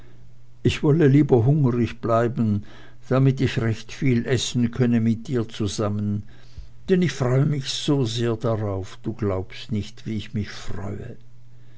ich wolle lieber hungrig bleiben damit ich recht viel essen könne mit dir zusammen denn ich freue mich so sehr darauf du glaubst nicht wie ich mich freue